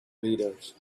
leaders